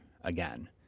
again